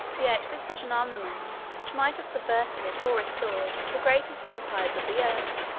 yet with such an armament, which might have subverted, or restored, the greatest empires of the earth,